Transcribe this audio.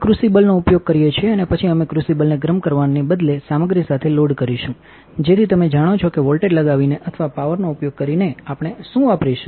અમે ક્રુસિબલનો ઉપયોગ કરીએ છીએ અને પછી અમે ક્રુસિબલને ગરમ કરવાને બદલે સામગ્રી સાથે લોડ કરીશું જેથીતમે જાણો છો કે વોલ્ટેજ લગાવીને અથવા પાવરનો ઉપયોગ કરીને કે આપણે શું વાપરીશું